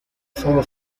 sólo